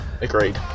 agreed